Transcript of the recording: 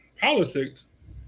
politics